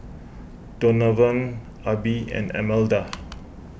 Donavan Abbie and Almeda